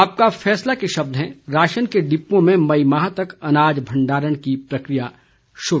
आपका फैसला के शब्द हैं राशन के डिपुओं में मई माह तक अनाज भंडारण की प्रकिया शुरू